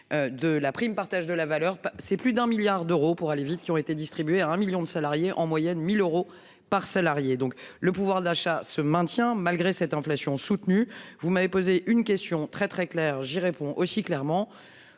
De la prime. Partage de la valeur. C'est plus d'un milliard d'euros pour aller vite, qui ont été distribué à un million de salariés en moyenne 1000 euros par salarié. Donc le pouvoir d'achat se maintient malgré cette inflation soutenue. Vous m'avez posé une question très très clair, j'y réponds aussi clairement,